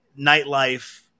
nightlife